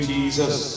Jesus